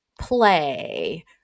play